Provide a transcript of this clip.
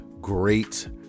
great